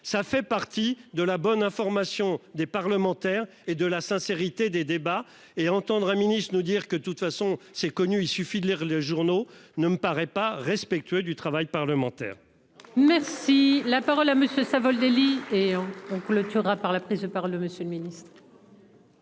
Ça fait partie de la bonne information des parlementaires et de la sincérité des débats et entendre un ministre nous dire que de toute façon c'est connu, il suffit de lire les journaux ne me paraît pas respectueux du travail parlementaire. Merci la parole à monsieur Savoldelli et en. Le tiendra par la prise de parole de monsieur le Ministre.